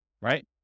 right